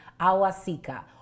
awasika